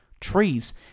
trees